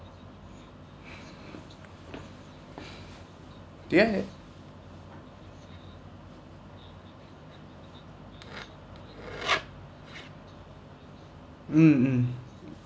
yeah mm mm